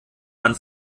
man